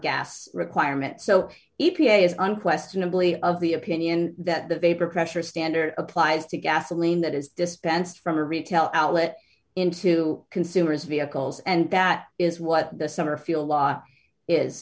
gas requirement so e p a is unquestionably of the opinion that the vapor pressure standard applies to gasoline that is dispensed from a retail outlet into consumers vehicles and that is what the summer fuel law is